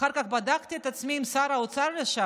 אחר כך בדקתי את עצמי עם שר האוצר לשעבר.